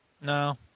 No